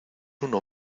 uno